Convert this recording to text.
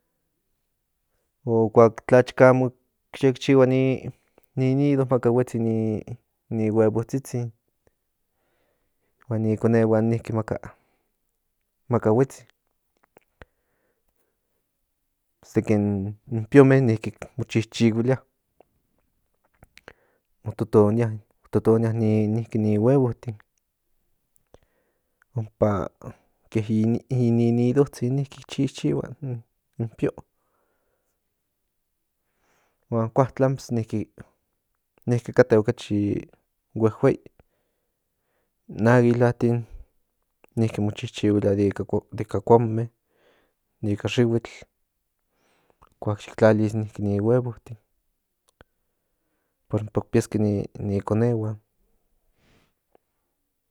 O kuak tlacha amo yek chihua ni nido maka huetsi ni huevotsitsin huan ni konehuan niki maka huetsi seki piome niki mo chichihuilia mo totonia totonia niki ni huevotin ompa ke i ninidotsinnniki ki chichihua in pio huan kuatlan pues niki kate ocachi huehuei in aguilatin niki mo chichihuilia ika kuanme ika xihuitl kuak yik tlalia niki ni huevotin para ompa kipiaske ni konehuan